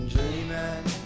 Dreaming